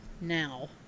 now